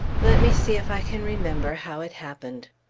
let me see if i can remember how it happened.